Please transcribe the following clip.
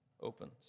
opens